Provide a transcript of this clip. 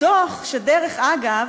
דוח שדרך אגב,